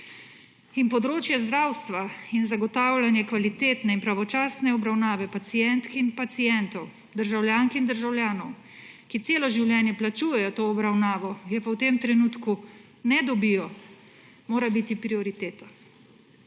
In področje zdravstva in zagotavljanje kvalitetne in pravočasne obravnave pacientk in pacientov, državljank in državljanov, ki celo življenje plačujejo to obravnavo, je pa v tem trenutku ne dobijo, mora biti prioriteta.